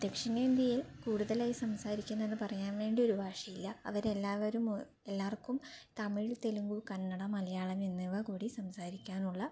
ദക്ഷിണേന്ത്യയിൽ കൂടുതലായി സംസാരിക്കുന്നത് എന്ന് പറയാൻ വേണ്ടി ഒരു ഭാഷയില്ല അവരെല്ലാവരും എല്ലാവർക്കും തമിഴ് തെലുങ്കു കന്നട മലയാളം എന്നിവ കൂടി സംസാരിക്കാനുള്ള